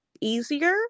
easier